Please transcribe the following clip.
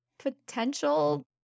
Potential